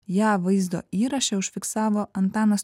ją vaizdo įraše užfiksavo antanas